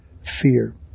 fear